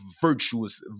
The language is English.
virtuous